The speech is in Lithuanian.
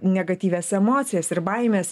negatyvias emocijas ir baimes